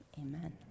Amen